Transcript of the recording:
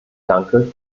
danke